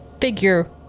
figure